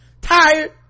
tired